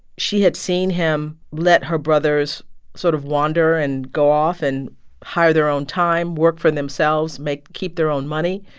she had seen him let her brothers sort of wander and go off and hire their own time, work for themselves, make keep their own money.